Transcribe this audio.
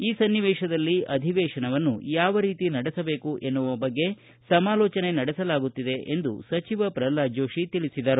ಈ ಸನ್ನಿವೇಶದಲ್ಲಿ ಅಧಿವೇಶನವನ್ನು ಯಾವ ರೀತಿ ನಡೆಸಬೇಕು ಎನ್ನುವ ಬಗ್ಗೆ ಸಮಾಲೋಚನೆ ನಡೆಸಲಾಗುತ್ತಿದೆ ಎಂದು ಸಚಿವ ಪ್ರಲ್ನಾದ ಜೋಶಿ ತಿಳಿಸಿದರು